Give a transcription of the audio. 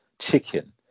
chicken